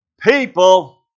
people